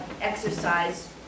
exercise